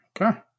okay